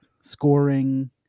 scoring